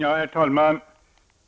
Herr talman!